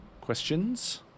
Questions